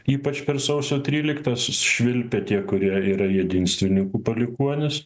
ypač per sausio tryliktas švilpia tie kurie yra jedinstvinikų palikuonys